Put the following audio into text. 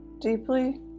deeply